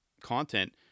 content